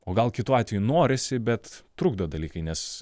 o gal kitu atveju norisi bet trukdo dalykai nes